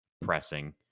pressing